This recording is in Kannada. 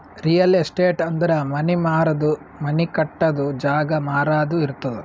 ರಿಯಲ್ ಎಸ್ಟೇಟ್ ಅಂದುರ್ ಮನಿ ಮಾರದು, ಮನಿ ಕಟ್ಟದು, ಜಾಗ ಮಾರಾದು ಇರ್ತುದ್